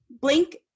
Blink